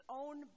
own